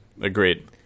Agreed